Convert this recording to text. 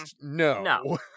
no